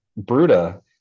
Bruda